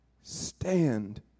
Stand